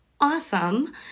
awesome